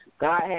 God